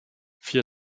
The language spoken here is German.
vier